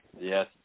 Yes